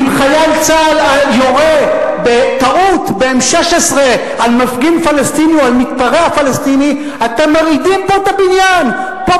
אם חייל צה"ל יורה בטעות ב-M16 על מפגין פלסטיני או על מתפרע פלסטיני,